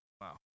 wow